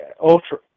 ultra